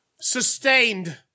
sustained